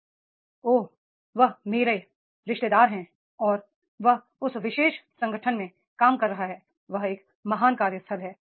वह ओह वह मेरा रिश्तेदार है और वह उस विशेष संगठन में काम कर रहा है वह एक महान कार्यस्थल है